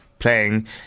playing